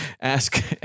ask